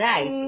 Right